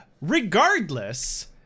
Regardless